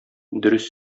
дөрес